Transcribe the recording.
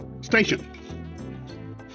station